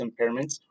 impairments